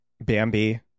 Bambi